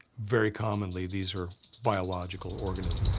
very commonly, these are biological organisms.